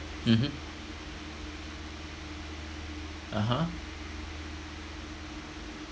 mmhmm (uh huh)